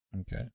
Okay